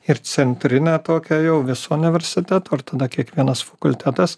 ir centrinę tokią jau viso universiteto ir tada kiekvienas fakultetas